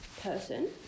person